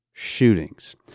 shootings